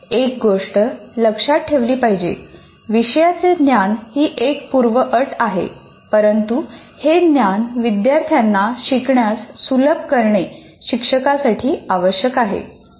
एक गोष्ट लक्षात ठेवली पाहिजे विषयाचे ज्ञान हि एक पूर्वअट आहे परंतु हे ज्ञान विद्यार्थ्यांना शिकण्यास सुलभ करणे शिक्षकासाठी आवश्यक आहे